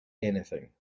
anything